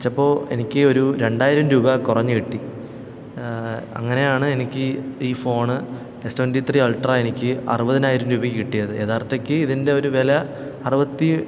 വച്ചപ്പോള് എനിക്ക് ഒരു രണ്ടായിരം രൂപ കുറഞ്ഞ് കിട്ടി അങ്ങനെയാണ് എനിക്ക് ഈ phone S twenty three ultra എനിക്ക് അറുപതിനായിരം രൂപയ്ക്ക് കിട്ടിയത് യഥാർത്ഥത്തില് ഇതിന്റെയൊരു വില അറുപത്തി